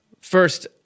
First